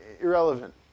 irrelevant